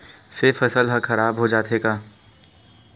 से फसल ह खराब हो जाथे का?